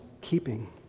keeping